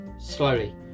slowly